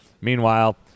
meanwhile